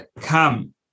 come